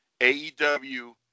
AEW